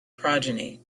progeny